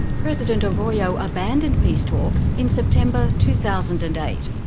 president arroyo abandoned peace talks in september two thousand and eight.